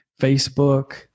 Facebook